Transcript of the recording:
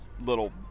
little